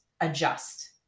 adjust